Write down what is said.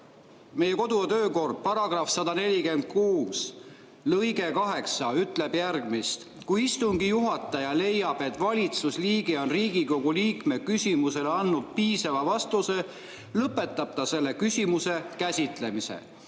meie kodu‑ ja töökorra § 146 lõige 8 ütleb järgmist: "Kui istungi juhataja leiab, et valitsusliige on Riigikogu liikme küsimusele andnud piisava vastuse, lõpetab ta selle küsimuse käsitlemise."